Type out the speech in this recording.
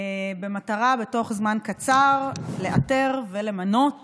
במטרה לאתר ולמנות